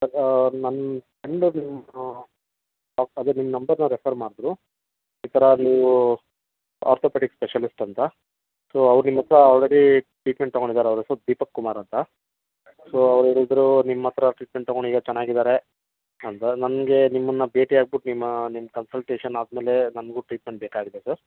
sir ನನ್ನ friend ಒಬ್ಬರು ನಿಮ್ಮದು ಅದೇ ನಿಮ್ಮ ನಂಬರನ್ನ ರೆಫರ್ ಮಾಡ್ದ್ರು ಈ ಥರ ನೀವು ಆರ್ಥೋಪೆಡಿಕ್ ಸ್ಪೆಷಲಿಸ್ಟ್ ಅಂತ ಸೊ ಅವ್ರು ನಿಮ್ಮ ಹತ್ರ ಆಲ್ರೆಡಿ ಟ್ರೀಟ್ಮೆಂಟ್ ತೊಗೊಂಡಿದ್ದಾರೆ ಅವರ ಹೆಸರು ದೀಪಕ್ ಕುಮಾರ್ ಅಂತ ಸೊ ಅವ್ರು ಹೇಳಿದರು ನಿಮ್ಮ ಹತ್ರ ಟ್ರೀಟ್ಮೆಂಟ್ ತೊಗೊಂಡು ಈಗ ಚೆನ್ನಾಗಿದ್ದಾರೆ ಅಂತ ನನಗೆ ನಿಮ್ಮನ್ನು ಭೇಟಿಯಾಗ್ಬಿಟ್ಟು ನಿಮ್ಮ ನಿಮ್ಮ ಕನ್ಸಲ್ಟೇಷನ್ ಆದ ಮೇಲೆ ನನಗೂ ಟ್ರೀಟ್ಮೆಂಟ್ ಬೇಕಾಗಿದೆ ಸರ್